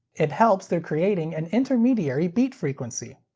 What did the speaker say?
it helps through creating an intermediary beat frequency.